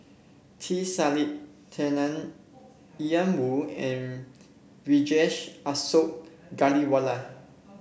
T Yan Woo and Vijesh Ashok Ghariwala